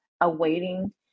awaiting